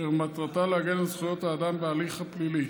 אשר מטרתה להגן על זכויות האדם בהליך הפלילי.